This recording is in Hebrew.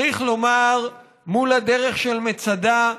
מול הדרך של מצדה,